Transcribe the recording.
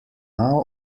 now